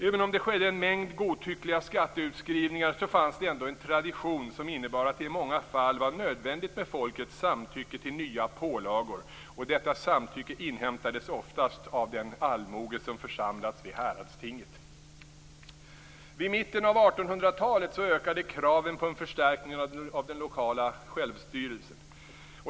Även om det skedde en mängd godtyckliga skatteutskrivningar fanns det ändå en tradition som innebar att det i många fall var nödvändigt med folkets samtycke till nya pålagor, och detta samtycke inhämtades oftast av den allmoge som församlats vid häradstinget. Vid mitten av 1800-talet ökade kraven på en förstärkning av den lokala självstyrelsen.